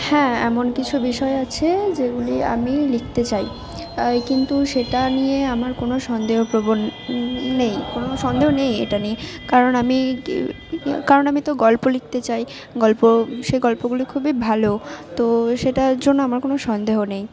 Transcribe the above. হ্যাঁ এমন কিছু বিষয় আছে যেগুলি আমি লিখতে চাই আই কিন্তু সেটা নিয়ে আমার কোনো সন্দেহপ্রবণ নেই কোনো সন্দেহ নেই এটা নিয়ে কারণ আমি কারণ আমি তো গল্প লিখতে চাই গল্প সেই গল্পগুলি খুবই ভালো তো সেটার জন্য আমার কোনো সন্দেহ নেই